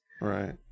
Right